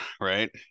right